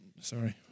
sorry